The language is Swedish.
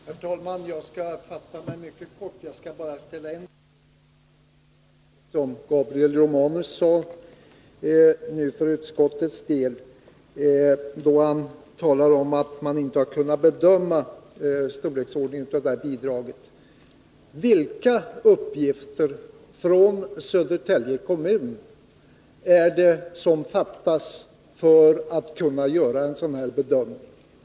Herr talman! Jag skall fatta mig mycket kort och bara ställa en fråga med anledning av det som Gabriel Romanus sade för utskottets räkning, nämligen att man inte har kunnat bedöma storleksordningen av bidragen. Vilka uppgifter från Södertälje kommun är det som fattas för att man skall kunna göra en sådan bedömning?